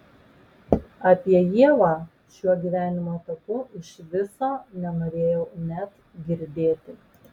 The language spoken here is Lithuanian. apie ievą šiuo gyvenimo etapu iš viso nenorėjau net girdėti